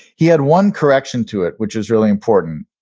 he had one correction to it which is really important.